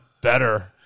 better